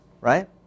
Right